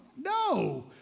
No